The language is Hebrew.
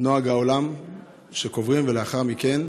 נוהג העולם שקוברים ולאחר מכן